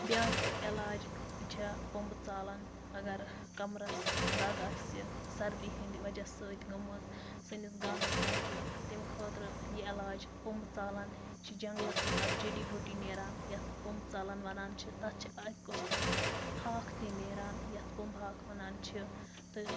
بیٛاکھ ٲں علاج چھُ پوٚمبہٕ ژالَن اگر کَمرَس دَگ آسہِ سردی ہِنٛدۍ وَجہ سۭتۍ گٔمٕژ سٲنِس گامَس مَنٛز چھِ تَمہِ خٲطرٕ یہِ علاج پوٚمبہٕ ژالَن یہِ چھِ جنٛٛگلَس منٛز اَکھ جٔڑی بوٗٹی نیران یَتھ پوٚمبہٕ ژالَن وَنان چھِ تَتھ چھِ اَکہِ قٕسمُک ہاکھ تہِ نیران ییٚتھ پوٚمبہٕ ہاکھ وَنان چھِ تہٕ